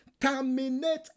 terminate